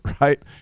Right